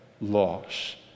loss